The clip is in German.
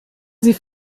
sie